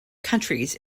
countries